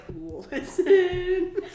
Listen